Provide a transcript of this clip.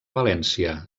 valència